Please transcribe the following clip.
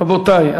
רבותי,